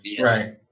Right